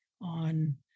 on